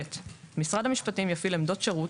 (ב)משרד המשפטים יפעיל עמדות שירות,